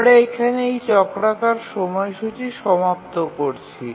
আমরা এখানে এই চক্রাকার সময়সূচী সমাপ্ত করছি